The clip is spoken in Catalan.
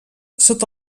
sota